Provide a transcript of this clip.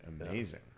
amazing